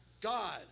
God